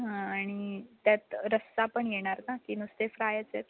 हां आणि त्यात रस्सा पण येणार ना की नुसते फ्रायचे आहेत